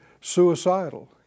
suicidal